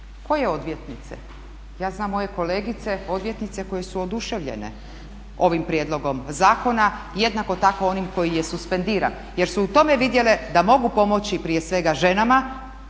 Koje odvjetnice? Ja znam moje kolegice odvjetnice koje su oduševljene ovim prijedlogom zakona, jednako tako onim koji je suspendiran jer su u tome vidjele da mogu pomoći prije svega ženama,